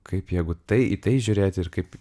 kaip jeigu tai į tai žiūrėti ir kaip